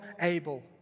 able